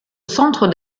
centre